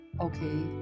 okay